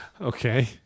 Okay